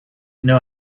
know